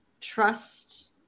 trust